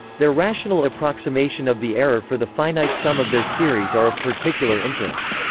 their rational approximation of the error for the finite sum of their series are of particular interest.